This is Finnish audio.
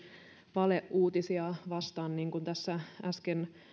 valeuutisia vastaan niin kuin tässä äsken